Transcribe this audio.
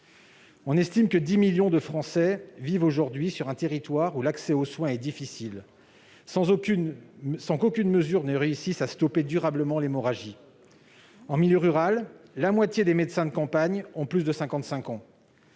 On estime que 10 millions de Français vivent aujourd'hui sur un territoire où l'accès aux soins est difficile, sans qu'aucune mesure parvienne à stopper durablement l'hémorragie. La moitié des médecins de campagne ont plus de 55 ans.